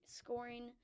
scoring